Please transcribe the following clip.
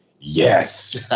Yes